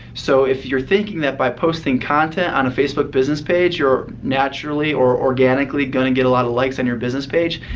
so if you're thinking that by posting content on a facebook business page, you're naturally or organically going to get a lot of likes on your business page,